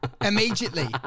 immediately